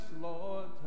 Lord